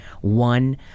One